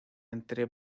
entre